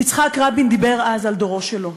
יצחק רבין דיבר אז על דורו שלו.